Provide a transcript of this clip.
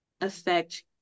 affect